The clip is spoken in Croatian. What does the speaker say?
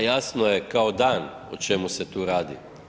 Pa jasno je kao dan o čemu se tu radi.